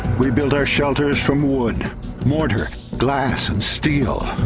we build our shelters from wood mortar glass and steel